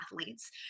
athletes